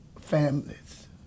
families